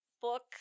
book